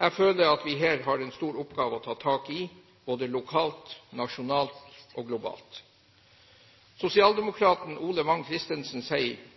Jeg føler at vi her har en stor oppgave å ta tak i, både lokalt, nasjonalt og globalt. Sosialdemokraten Ole Vagn Christensen sier